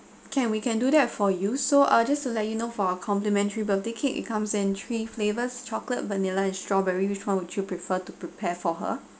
can we can do that for you so uh just to let you know for a complimentary birthday cake it comes in three flavours chocolate vanilla and strawberry which [one] would you prefer to prepare for her